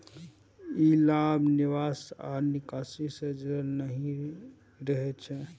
ई लाभ निवेश आ निकासी सं जुड़ल नहि रहै छै